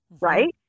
right